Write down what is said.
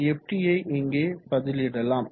Ft யை இங்கே பதிலிடலாம்